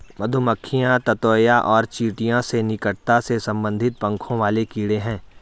मधुमक्खियां ततैया और चींटियों से निकटता से संबंधित पंखों वाले कीड़े हैं